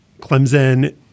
Clemson